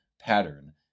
pattern